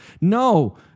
No